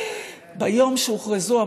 ביום שבו הוכרזו הבחירות,